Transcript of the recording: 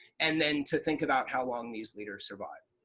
and then to think about how long these leaders survive.